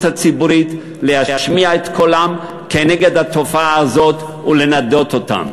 הציבורית להשמיע את קולם כנגד התופעה הזאת ולנדות אותם.